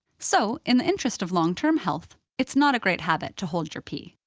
so in the interest of long-term health, it's not a great habit to hold your pee.